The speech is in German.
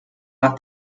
nach